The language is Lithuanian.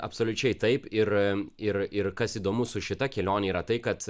absoliučiai taip ir ir ir kas įdomu su šita kelionė yra tai kad